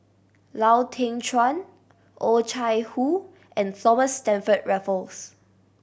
Lau Teng Chuan Oh Chai Hoo and Thomas Stamford Raffles